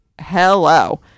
hello